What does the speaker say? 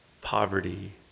poverty